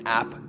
app